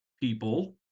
people